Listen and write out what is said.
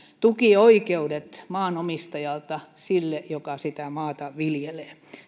tukioikeudet maanomistajalta sille joka sitä maata viljelee